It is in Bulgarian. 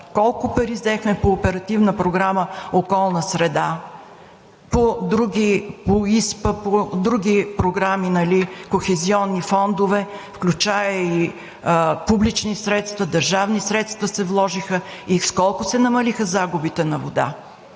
колко пари взехме по Оперативна програма „Околна среда“, по други – по ИСПА, по други програми, Кохезионни фондове, включая и публични средства, държавни средства се вложиха и с колко се намалиха загубите на вода?